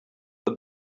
but